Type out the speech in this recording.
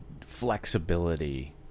flexibility